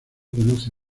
conoce